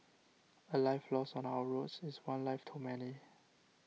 a life lost on our roads is one life too many